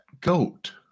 goat